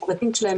עם הפרטים שלהם,